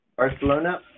Barcelona